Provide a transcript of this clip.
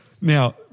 Now